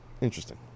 Interesting